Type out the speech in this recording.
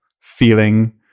feeling